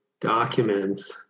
documents